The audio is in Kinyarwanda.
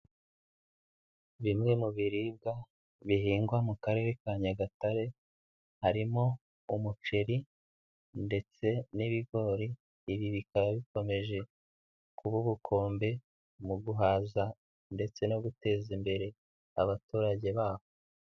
Bimwe mu biribwa bihingwa mu karere ka Nyagatare harimo umuceri ndetse n'ibigori. Ibi bikaba bikomeje kuba ubukombe mu guhaza, ndetse no guteza imbere abaturage baho.